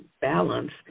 balance